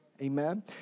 Amen